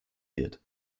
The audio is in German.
wird